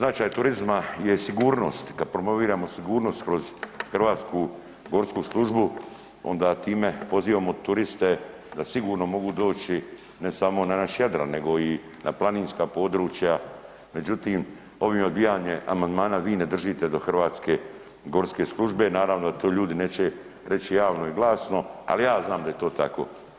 Značaj turizma je sigurnost, kad promoviramo sigurnost kroz Hrvatsku gorsku službu, onda time pozivamo turiste da sigurno mogu doći, ne samo na naš Jadran nego i na planinska područja međutim, ovim odbijanjem amandmana vi ne držite do Hrvatske gorske službe, naravno da tu ljudi neće reći javno i glasno, ali ja znam da je to tako.